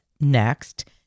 next